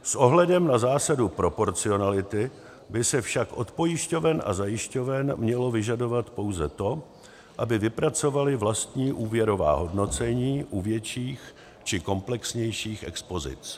S ohledem na zásadu proporcionality by se však od pojišťoven a zajišťoven mělo vyžadovat pouze to, aby vypracovaly vlastní úvěrová hodnocení u větších či komplexnějších expozic.